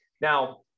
Now